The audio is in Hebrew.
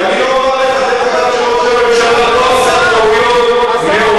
ואני לא בא אליך בטענה שראש הממשלה לא עשה טעויות מעולם,